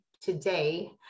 today